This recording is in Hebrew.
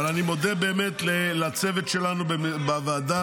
אבל אני מודה באמת לצוות שלנו בוועדה,